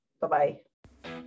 Bye-bye